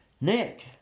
Nick